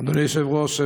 אדוני היושב-ראש,